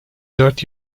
dört